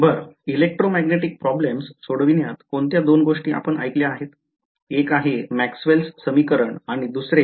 बर Electromagnetic problems सोडवण्यात कोणतया दोन गोष्टी आपण ऐकल्या आहे एक आहे मॅक्सवेलचे समीकरण आणि दुसरे